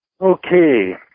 Okay